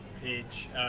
page